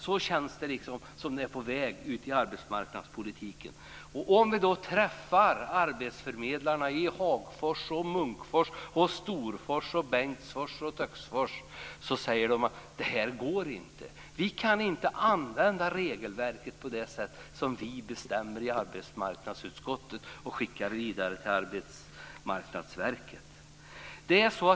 Så känns det att det är på väg att bli i arbetsmarknadspolitiken. När vi träffar arbetsförmedlarna i Hagfors, Munkfors, Storfors, Bengtsfors eller Töcksfors säger de: Det här går inte. Vi kan inte använda regelverket på det sätt som ni bestämmer i arbetsmarknadsutskottet och skickar vidare till Arbetsmarknadsverket.